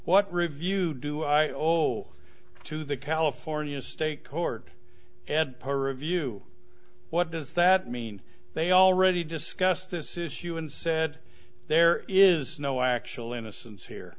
what review do i owe to the california state court and part of you what does that mean they already discussed this issue and said there is no actual innocence here